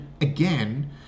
again